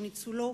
או ניצולו,